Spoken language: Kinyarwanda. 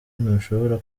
ntushobora